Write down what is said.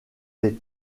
les